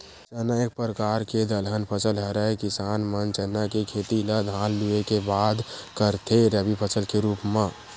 चना एक परकार के दलहन फसल हरय किसान मन चना के खेती ल धान लुए के बाद करथे रबि फसल के रुप म